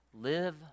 Live